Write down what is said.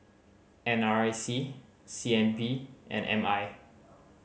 N R I C C N B and M I